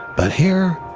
but here,